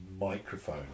microphone